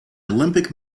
olympic